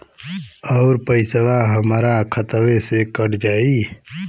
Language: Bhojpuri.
अउर पइसवा हमरा खतवे से ही कट जाई?